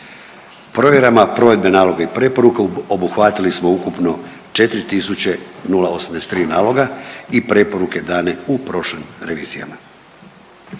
Provjerama provedbe naloga i preporuka obuhvatili smo ukupno 4.083 naloga i preporuke dane u prošlim revizijama.